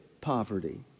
poverty